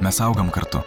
mes augam kartu